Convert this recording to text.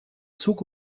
zug